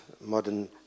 Modern